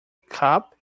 cup